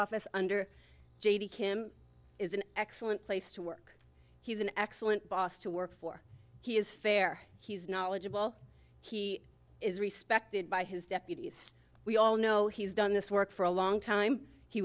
office under j d kim is an excellent place to work he's an excellent boss to work for he is fair he's knowledgeable he is respected by his deputies we all know he's done this work for a long time he